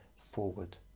forward